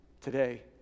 today